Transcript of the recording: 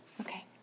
Okay